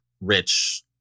rich